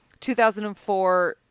2004